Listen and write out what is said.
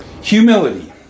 Humility